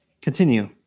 Continue